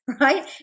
right